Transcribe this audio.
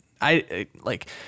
I—like—